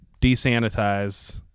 desanitize